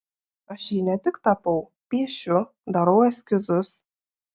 aš jį ne tik tapau piešiu darau eskizus